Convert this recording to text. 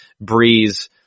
Breeze